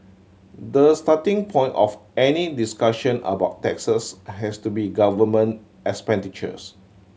the starting point of any discussion about taxes has to be government expenditures